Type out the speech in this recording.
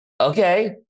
okay